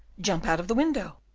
jump out of the window.